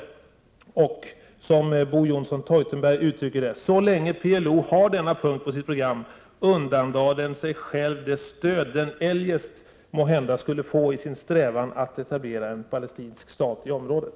Bo Johnson Theutenberg uttrycker det hela på följande sätt: Så länge den palestinska paraplyorganisationen PLO har denna punkt på sitt program undandrar den sig själv det stöd den eljest måhända kunde få i sin strävan att etablera en palestinsk stat i området.